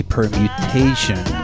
Permutation